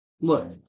Look